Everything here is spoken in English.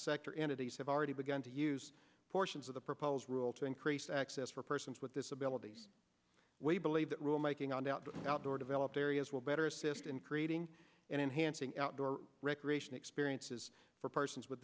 sector entities have already begun to use portions of the proposed rule to increase access for persons with disabilities we believe that rulemaking on down outdoor developed areas will better assist in creating and enhancing outdoor recreation experiences for persons with